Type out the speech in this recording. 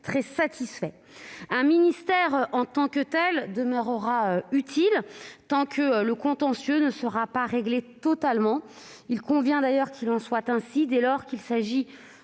très satisfait. Un ministère en tant que tel demeurera utile tant que les contentieux ne seront pas totalement réglés. Il convient d'ailleurs qu'il en soit ainsi, s'agissant